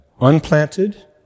unplanted